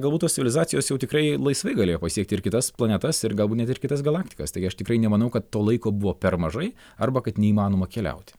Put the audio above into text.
galbūt tos civilizacijos jau tikrai laisvai galėjo pasiekti ir kitas planetas ir galbūt net ir kitas galaktikas taigi aš tikrai nemanau kad to laiko buvo per mažai arba kad neįmanoma keliauti